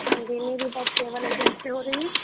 ہاں جی میری بات ٹریول ایجنٹ سے ہو رہی ہے